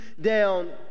down